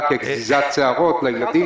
גזירת שערות לילדים.